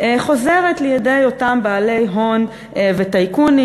חוזרת לידי אותם בעלי הון וטייקונים.